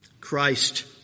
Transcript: Christ